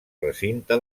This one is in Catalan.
recinte